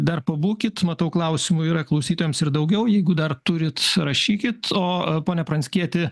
dar pabūkit matau klausimų yra klausytojams ir daugiau jeigu dar turit rašykit o pone pranckieti